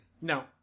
No